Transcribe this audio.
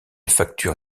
facture